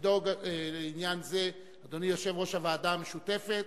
לדאוג לעניין זה, אדוני יושב-ראש הוועדה המשותפת.